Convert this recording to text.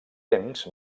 temps